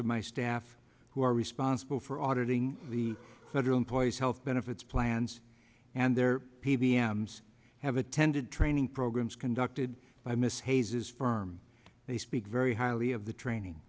of my staff who are responsible for auditing the federal employees health benefits plans and their p v m's have attended training programs conducted by ms hays is firm they speak very highly of the tra